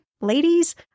ladies